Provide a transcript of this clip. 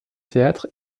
théâtre